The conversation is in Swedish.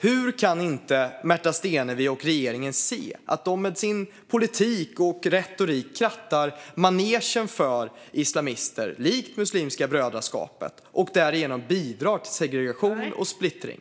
Hur kan Märta Stenevi och regeringen inte se att de med sin politik och retorik krattar manegen för islamister som Muslimska brödraskapet och därigenom bidrar till segregation och splittring?